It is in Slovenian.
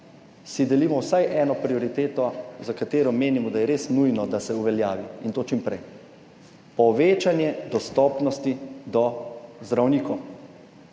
si delimo vsaj eno prioriteto, za katero menimo, da je res nujno, da se uveljavi in to čim prej, povečanje dostopnosti do zdravnikov.